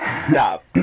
Stop